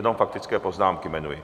Jenom faktické poznámky jmenuji.